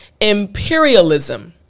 imperialism